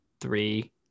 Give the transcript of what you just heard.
three